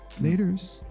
Laters